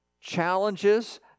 challenges